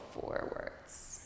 forwards